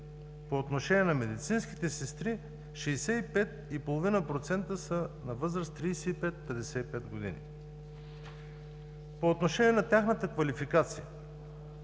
По отношение на медицинските сестри – 65,5% са на възраст 35 – 55 години. По отношение на тяхната квалификация